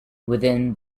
within